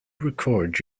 record